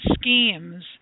schemes